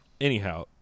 anyhow